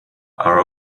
are